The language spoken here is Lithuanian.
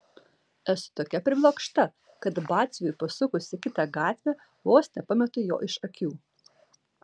esu tokia priblokšta kad batsiuviui pasukus į kitą gatvę vos nepametu jo iš akių